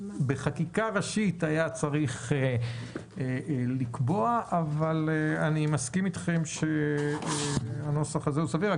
בחקיקה ראשית היה צריך לקבוע אבל אני מסכים אתכם שהנוסח הזה הוא סביר,